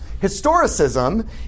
Historicism